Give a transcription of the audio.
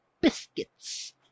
Biscuits